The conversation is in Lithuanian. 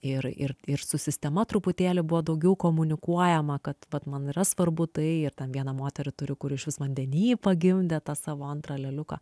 ir ir ir su sistema truputėlį buvo daugiau komunikuojama kad vat man yra svarbu tai ir ten vieną moterį turiu kuri išvis vandeny pagimdė tą savo antrą lėliuką